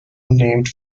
named